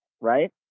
right